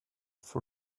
for